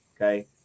okay